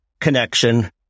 connection